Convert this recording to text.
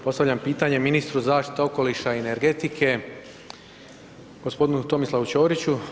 Postavljam pitanje ministru zaštite okoliša i energetike gospodinu Tomislavu Ćoriću.